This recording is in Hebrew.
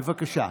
בבקשה.